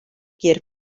gur